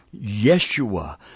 Yeshua